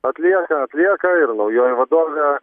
atlieka atlieka ir naujoji vadovė